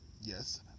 Yes